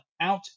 out